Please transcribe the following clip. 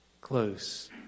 Close